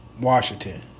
Washington